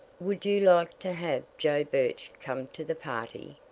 would you like to have joe birch come to the party?